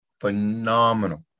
phenomenal